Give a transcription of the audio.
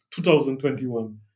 2021